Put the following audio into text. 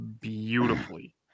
beautifully